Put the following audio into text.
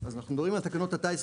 אז אנחנו מדברים על תקנות הטייס,